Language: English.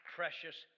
precious